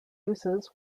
uses